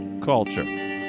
Culture